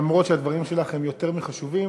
אף שהדברים שלך הם יותר מחשובים,